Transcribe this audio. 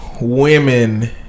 women